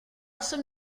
jsem